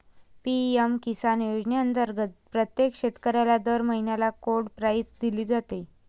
PM Kisan योजनेअंतर्गत प्रत्येक शेतकऱ्याला दर महिन्याला कोड प्राईज दिली जाते